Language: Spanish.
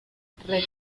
reticulada